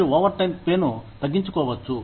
మీరు over time పేను తగ్గించుకోవచ్చు